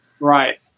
Right